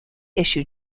issue